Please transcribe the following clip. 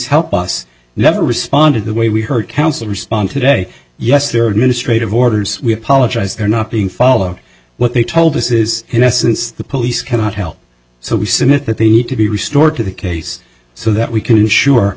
help us never responded the way we heard council respond today yes the ministry of orders we apologize they're not being followed what they told us is in essence the police cannot help so we submit that they need to be restored to the case so that we can ensure